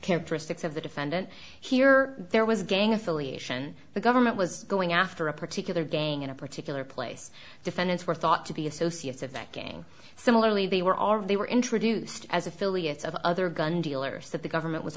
characteristics of the defendant here or there was gang affiliation the government was going after a particular gang in a particular place defendants were thought to be associates of backing similarly they were already were introduced as affiliates of other gun dealers that the government was